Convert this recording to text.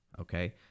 Okay